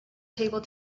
table